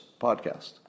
podcast